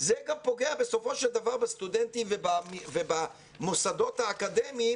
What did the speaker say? זה גם פוגע בסופו של דבר בסטודנטים ובמוסדות האקדמיים,